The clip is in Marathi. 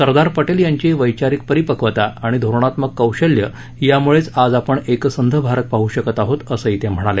सरदार पटेल यांची वद्यिरिक परिपक्वता आणि धोरणात्मक कौशल्य यामुळेच आज आपण एकसंध भारत पाह शकत आहोत असं ते म्हणाले